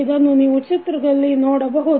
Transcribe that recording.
ಇದನ್ನು ನೀವು ಚಿತ್ರದಲ್ಲಿ ನೋಡಬಹುದು